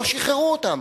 לא שחררו אותם,